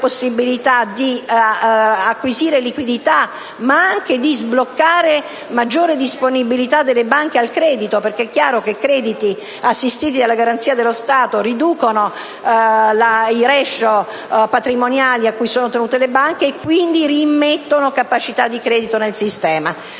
possibilità di acquisire liquidità ma anche di sbloccare maggiore disponibilità delle banche al credito. Infatti, è chiaro che i crediti assistiti dalla garanzia dello Stato riducono i *ratio* patrimoniali a cui sono tenute le banche e quindi reimmettono capacità di credito nel sistema.